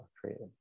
created